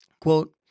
quote